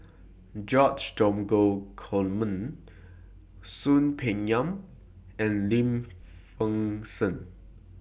George Dromgold Coleman Soon Peng Yam and Lim Fei Shen